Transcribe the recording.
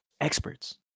Experts